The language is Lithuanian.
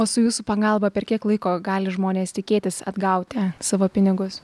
o su jūsų pagalba per kiek laiko gali žmonės tikėtis atgauti savo pinigus